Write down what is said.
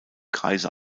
kreise